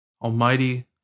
Almighty